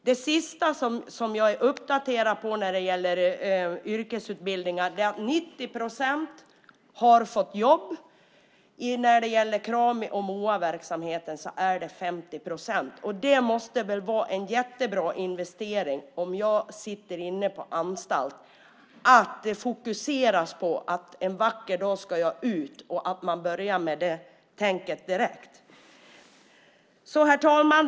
Den senaste uppgift jag har om yrkesutbildningar är att 90 procent har fått jobb. När det gäller Krami och Moa är det 50 procent. Det måste väl vara en jättebra investering för den som sitter inne på anstalt att det fokuseras på att man en vacker dag ska ut och att man börjar med det tänket direkt. Herr talman!